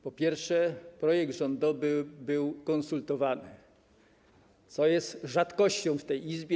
Po pierwsze, projekt rządowy był konsultowany, co jest rzadkością w tej Izbie.